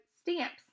Stamps